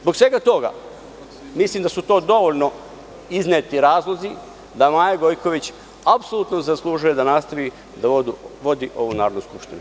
Zbog svega toga, mislim da su to dovoljno izneti razlozi da Maja Gojković apsolutno zaslužuje da nastavi da vodi ovu Narodnu skupštinu.